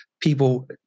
people